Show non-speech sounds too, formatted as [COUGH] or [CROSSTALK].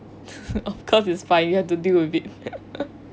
[LAUGHS] of course it's fine you have to deal with it